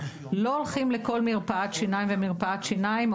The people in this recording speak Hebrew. לא הולכים לכל מרפאת שיניים ומרפאת שיניים,